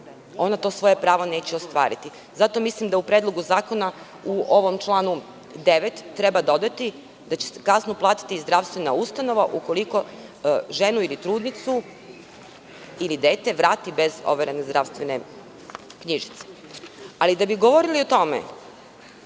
ona to svoje pravo neće ostvariti. Zato mislim da u Predlogu zakona u ovom članu 9. treba dodati, da će kaznu platiti zdravstvena ustanova ukoliko ženu ili trudnicu ili dete vrati bez overene zdravstvene knjižice. Da bi govorili o tome,